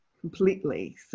completely